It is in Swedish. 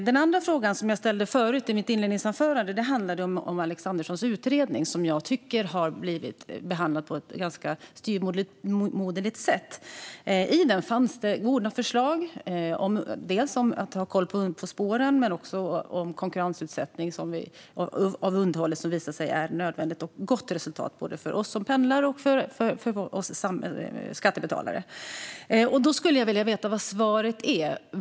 Den andra frågan, som jag ställde i mitt inledningsanförande, handlade om Alexanderssons utredning, som jag tycker har behandlats på ett ganska styvmoderligt sätt. I den fanns goda förslag, dels om att ha koll på spåren, dels om konkurrensutsättning av underhållet, som visar sig vara nödvändigt och ger ett gott resultat både för oss som pendlar och för skattebetalarna. Jag skulle vilja veta vad svaret är.